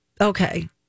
okay